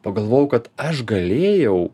pagalvojau kad aš galėjau